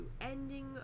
ending